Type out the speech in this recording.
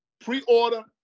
Pre-order